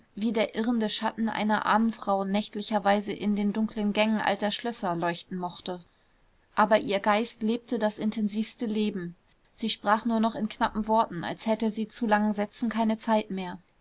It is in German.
wie der irrende schatten einer ahnfrau nächtlicherweile in den dunklen gängen alter schlösser leuchten mochte aber ihr geist lebte das intensivste leben sie sprach nur noch in knappen worten als hätte sie zu langen sätzen keine zeit mehr